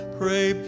pray